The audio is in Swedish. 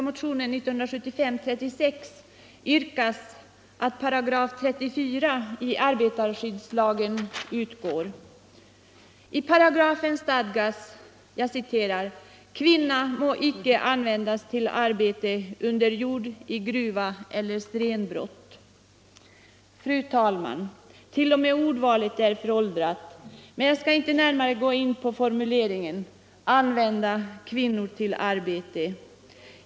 Utan att närmare gå in på formuleringen ”använda kvinnor till arbete” vill jag ändå säga att ordvalet i paragrafen är föråldrat.